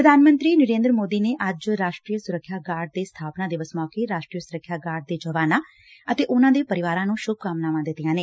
ਪ੍ਰਧਾਨ ਮੰਤਰੀ ਨਰੇਂਦਰ ਮੋਦੀ ਨੇ ਅੱਜ ਰਾਸ਼ਟਰੀ ਸੁਰੱਖਿਆ ਗਾਰਡ ਦੇ ਸਬਾਪਨਾ ਦਿਵਸ ਮੌਕੇ ਰਾਸ਼ਟਰੀ ਸੁਰੱਖਿਆ ਗਾਰਡ ਦੇ ਜਵਾਨਾਂ ਅਤੇ ਉਨੂਾਂ ਦੇ ਪਰਿਵਾਰਾਂ ਨੂੰ ਸੁੱਭਕਾਮਨਾਵਾਂ ਦਿੱਤੀਆਂ ਨੇ